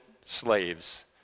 slaves